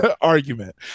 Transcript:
argument